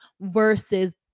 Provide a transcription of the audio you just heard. versus